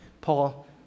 Paul